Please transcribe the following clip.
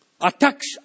attacks